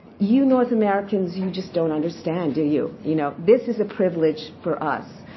you north americans, you just don't understand, do you? you know this is a privilege for us.